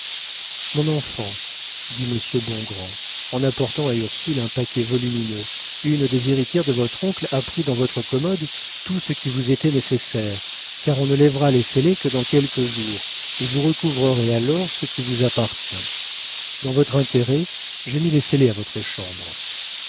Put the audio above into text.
mon enfant dit monsieur bongrand en apportant à ursule un paquet volumineux une des héritières de votre oncle a pris dans votre commode tout ce qui vous était nécessaire car on ne lèvera les scellés que dans quelques jours et vous recouvrerez alors ce qui vous appartient dans votre intérêt j'ai mis les scellés à votre chambre